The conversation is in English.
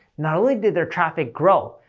not only did their traffic grow,